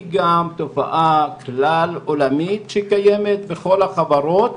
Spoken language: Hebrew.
היא גם תופעה כלל עולמית, שקיימת בכל החברות,